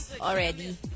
already